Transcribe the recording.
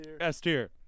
s-tier